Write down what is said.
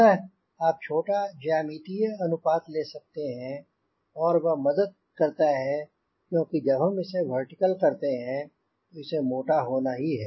अतः आप छोटा ज्यामितिय अनुपात ले सकते हैं और वह मदद करता है क्योंकि जब हम इसे वर्टिकल करते हैं तो इसे मोटा होना ही है